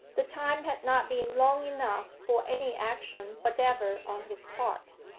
the time had not been long enough for any action whatever on his part.